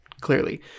clearly